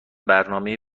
برنامهای